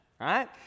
Right